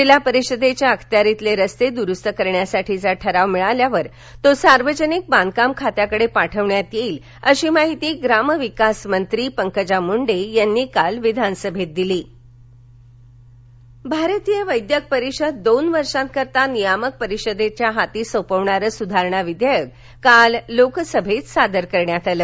जिल्हा परिषदेच्या अखत्यारीतले रस्ते द्रुस्त करण्यासाठीचा ठराव मिळाल्यास तो सार्वजनिक बांधकाम खात्याकडे पाठवण्यात येईल अशी माहिती ग्रामविकासमंत्री पंकजा मूंडे यांनी काल विधानसभेत दिली संसद भारतीय वैद्यक परिषद दोन वर्षांकरता नियामक परिषदेच्या हाती सोपवणारं सुधारणा विधेयक काल लोकसभेत सादर करण्यात आलं